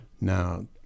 Now